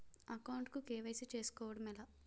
Account కు KYC చేసుకోవడం ఎలా?